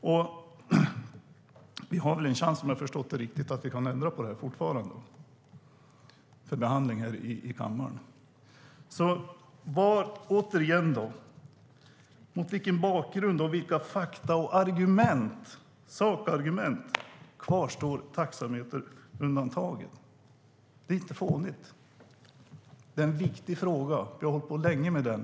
Såvitt jag förstår har vi fortfarande en chans att ändra på detta här i kammaren. Återigen vill jag fråga: Mot vilken bakgrund och mot vilka fakta och sakargument kvarstår taxameterundantaget? Det är inte en fånig fråga. Det är en viktig fråga. Vi har arbetat länge med den.